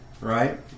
right